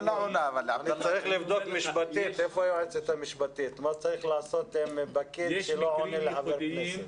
צריך לבדוק משפטית מה צריך לעשות עם פקיד שלא עונה לחבר כנסת.